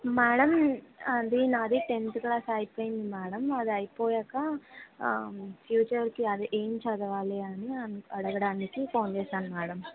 madam అది నాది tenth class అయిపోయింది మ్యాడమ్ అది అయిపోయాక ఫ్యూచర్కి అదే ఏం చదవాలి అని అడగడానికి ఫోన్ చేశాను మ్యాడమ్